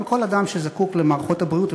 אבל כל אדם שזקוק למערכות הבריאות.